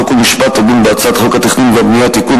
חוק ומשפט תדון בהצעת חוק התכנון והבנייה (תיקון,